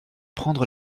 prendre